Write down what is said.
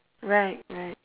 right right